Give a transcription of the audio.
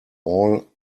all